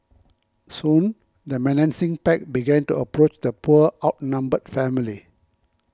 soon the menacing pack began to approach the poor outnumbered family